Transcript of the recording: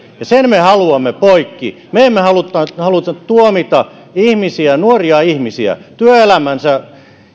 ja sen me haluamme poikki me emme halua tuomita ihmisiä nuoria ihmisiä työelämänsä